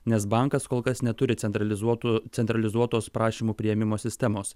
nes bankas kol kas neturi centralizuotų centralizuotos prašymų priėmimo sistemos